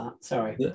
sorry